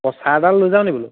পছা এডাল লৈ যাও নি বোলো